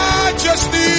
Majesty